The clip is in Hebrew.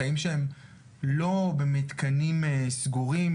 חיים שהם לא במתקנים סגורים,